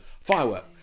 firework